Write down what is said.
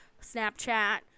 Snapchat